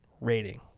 rating